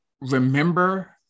remember